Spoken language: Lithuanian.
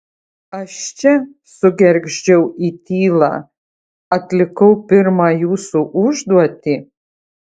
aš čia sugergždžiau į tylą atlikau pirmą jūsų užduotį